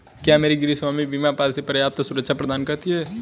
क्या मेरी गृहस्वामी बीमा पॉलिसी पर्याप्त सुरक्षा प्रदान करती है?